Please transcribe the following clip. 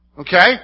Okay